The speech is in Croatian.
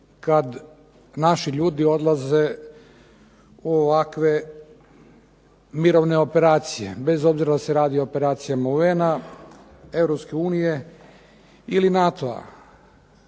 kada naši ljudi odlaze u ovakve mirovne operacije, bez obzira da li se radi o operacijama UNa-a, Europske